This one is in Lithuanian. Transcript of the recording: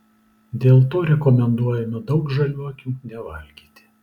dėl to rekomenduojama daug žaliuokių nevalgyti